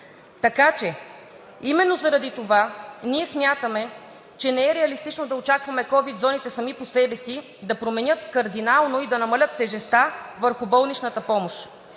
условия. Именно заради това ние смятаме, че не е реалистично да очакваме ковид зоните сами по себе си да променят кардинално, да намалят тежестта върху болничната помощ.